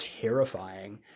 terrifying